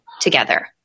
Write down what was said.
together